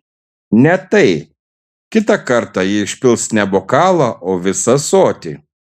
ne tai kitą kartą ji išpils ne bokalą o visą ąsotį